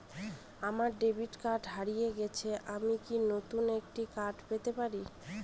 আমার ডেবিট কার্ডটি হারিয়ে গেছে আমি কি নতুন একটি কার্ড পেতে পারি?